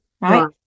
right